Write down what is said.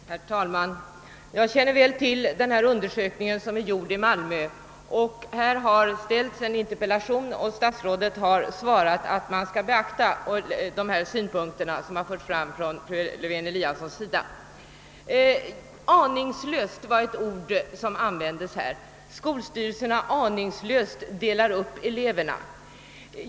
Herr talman! Jag känner väl till den undersökning som är gjord i Malmö. Här har nu framställts en interpellation, och statsrådet har svarat att man skall beakta de synpunkter som fru Lewén Eliasson har anfört. >Aningslöst> var ett ord som användes — skolstyrelserna skulle aningslöst dela upp eleverna.